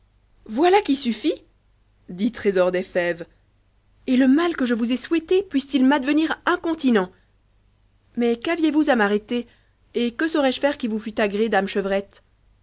voila qui suffit dit trésor des fèves et le mal que je vous m souhaité puisse-t-il m'advcuir incontinent mais qu'aviez-vous à m'arrêter et que saurais-je faire qui vous tût a gré dame chevrette